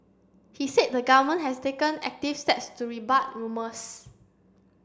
he said the government has taken active steps to rebut rumours